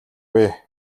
буй